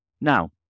Now